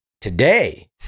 Today